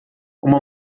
uma